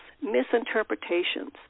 misinterpretations